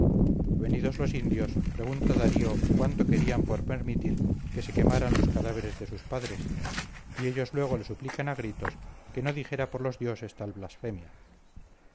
venidos los indios pregunta darío cuánto querían por permitir que se quemaran los cadáveres de sus padres y ellos luego le suplican a gritos que no dijera por los dioses tal blasfemia